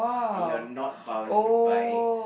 and you're not bound by